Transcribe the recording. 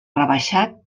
rebaixat